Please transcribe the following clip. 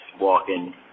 walking